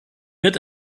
wird